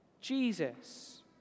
Jesus